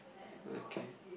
okay